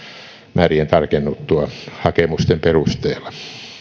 määrien tarkennuttua hakemusten perusteella